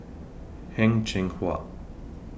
Heng Cheng Hwa